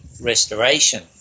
restoration